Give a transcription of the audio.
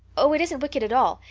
oh, it isn't wicked at all.